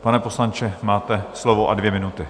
Pane poslanče, máte slovo a dvě minuty.